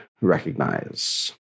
recognize